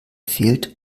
fehlt